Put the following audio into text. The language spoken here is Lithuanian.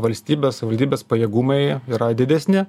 valstybės savivaldybės pajėgumai yra didesni